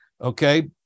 okay